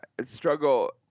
struggle